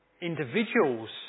individuals